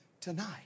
tonight